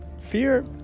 fear